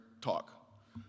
talk